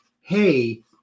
hey